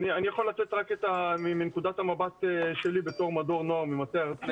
אני בדקתי רק את התקופה האחרונה של ההפגנות האחרונות שהתקיימו בארץ.